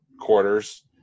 quarters